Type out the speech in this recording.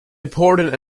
important